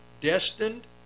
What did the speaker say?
destined